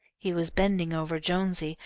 he was bending over jonesy,